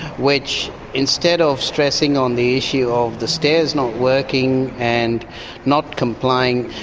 which instead of stressing on the issue of the stairs not working and not complying,